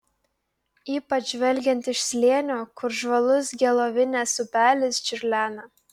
ypač žvelgiant iš slėnio kur žvalus gelovinės upelis čiurlena